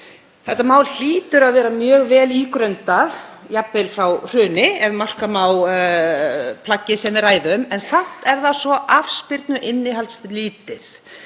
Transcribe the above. Þetta mál hlýtur að vera mjög vel ígrundað, jafnvel frá hruni, ef marka má plaggið sem við ræðum, en samt er það svo afspyrnu innihaldslítið.